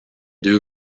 deux